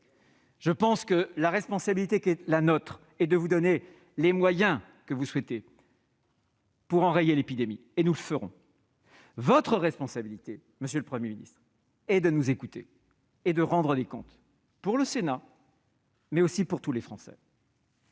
bien ! La responsabilité qui est la nôtre est de vous donner les moyens que vous souhaitez pour enrayer l'épidémie, et nous le ferons. Votre responsabilité, monsieur le Premier ministre, est de nous écouter et de rendre des comptes au Sénat, mais aussi à tous les Français.